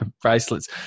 bracelets